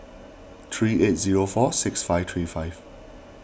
three eight zero four six five three five